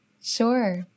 Sure